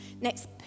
next